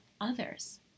others